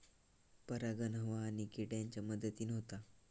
परागण हवा आणि किड्यांच्या मदतीन होता